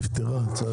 היא נפטרה לצערנו.